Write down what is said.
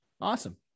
Awesome